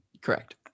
Correct